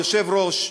היושב-ראש,